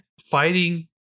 fighting